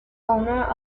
owner